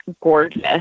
gorgeous